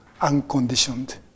unconditioned